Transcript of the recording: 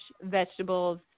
vegetables